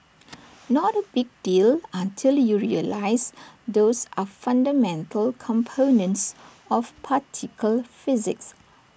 not A big deal until you realise those are fundamental components of particle physics